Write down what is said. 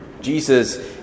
Jesus